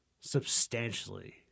substantially